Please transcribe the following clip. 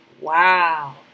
Wow